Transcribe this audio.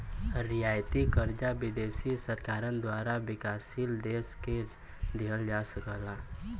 रियायती कर्जा विदेशी सरकारन द्वारा विकासशील देश के दिहल जा सकला